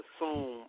assume